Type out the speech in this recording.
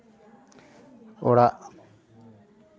ᱚᱲᱟᱜ